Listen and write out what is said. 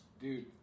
Dude